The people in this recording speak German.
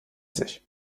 sich